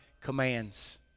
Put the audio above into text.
commands